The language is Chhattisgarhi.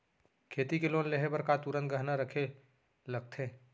खेती के लोन लेहे बर का तुरंत गहना रखे लगथे?